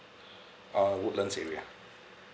uh woodlands area